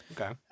Okay